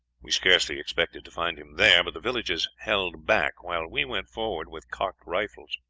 we scarcely expected to find him there, but the villagers held back, while we went forward with cocked rifles.